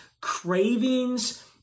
cravings